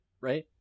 Right